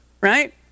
right